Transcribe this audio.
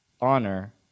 honor